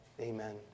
amen